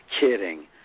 kidding